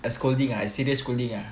a scolding ah a serious scolding ah